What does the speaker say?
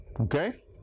Okay